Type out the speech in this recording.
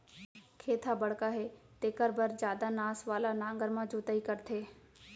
खेत ह बड़का हे तेखर बर जादा नास वाला नांगर म जोतई करथे